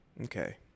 Okay